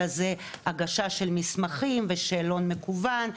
אלא זה הגשה של מסמכים ושאלון מקוון,